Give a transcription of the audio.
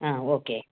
ஆ okay